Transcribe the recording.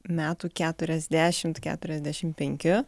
metų keturiasdešimt keturiasdešimt penki